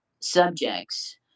subjects